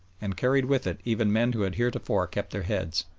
and carried with it even men who had heretofore kept their heads.